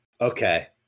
Okay